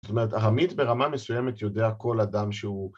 זאת אומרת, ארמית ברמה מסוימת יודע כל אדם שהוא...